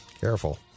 Careful